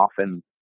often